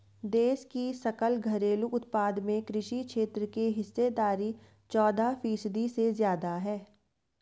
देश की सकल घरेलू उत्पाद में कृषि क्षेत्र की हिस्सेदारी चौदह फीसदी से ज्यादा है